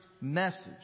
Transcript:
message